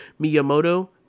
Miyamoto